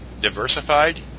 Diversified